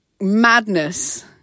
madness